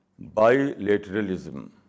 bilateralism